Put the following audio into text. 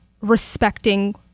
respecting